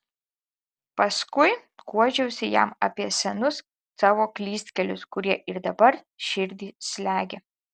paskui guodžiuosi jam apie senus savo klystkelius kurie ir dabar širdį slegia